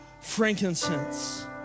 frankincense